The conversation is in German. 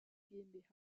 gmbh